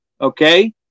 okay